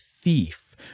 thief